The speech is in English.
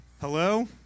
Hello